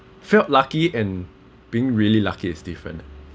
felt lucky and being really lucky is different eh